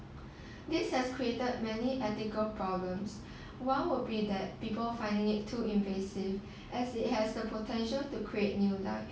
this has created many ethical problems one would be that people finding it too invasive as it has the potential to create new life